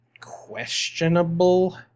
questionable